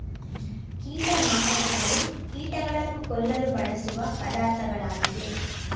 ಕೀಟ ನಾಶಕಗಳು ಕೀಟಗಳನ್ನು ಕೊಲ್ಲಲು ಬಳಸುವ ಪದಾರ್ಥಗಳಾಗಿವೆ